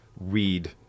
read